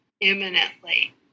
imminently